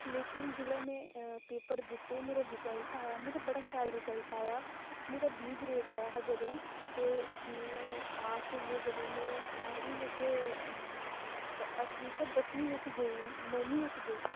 लेकिन जेल्ले में पेपर दित्ते मेरा रिजल्ट आया मेरा बड़ा शैल रिजल्ट आया मेरा बी ग्रेड आया हा जदूं ते में पास होइयै जदूं में ग्याह्रमीं बिच अठमी दसमी बिच गेई नौमीं बिच गेई